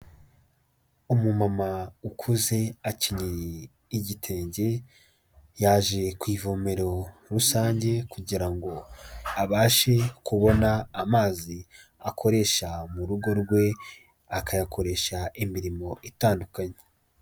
Umumama ukuze akenyeye igitenge, yaje ku ivomero rusange kugira ngo abashe kubona amazi akoresha mu rugo rwe, akayakoresha imirimo itandukanye.